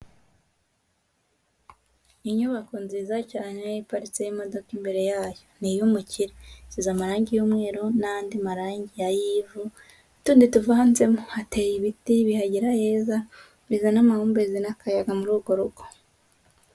Inyubako nziza cyane iparitseho imodoka imbere yayo. Ni iy'umukire. Isize amarangi y'umweru n'andi marangi, ay'ivu n'utundi tuvanzemo. Hateye ibiti bihagira heza bizana amahumbezi n'akayaga muri urwo rugo.